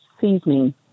seasoning